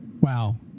Wow